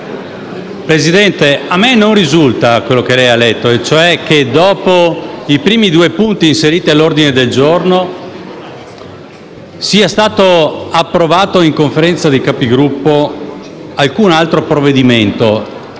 Presidente, a me non risulta quanto da lei letto e cioè che, dopo i primi due punti inseriti all'ordine del giorno, sia stato approvato in Conferenza dei Capigruppo alcun altro provvedimento.